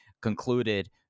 concluded